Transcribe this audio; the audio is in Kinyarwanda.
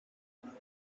ntabwo